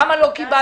כמה לא קיבלתם?